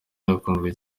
zakunzwe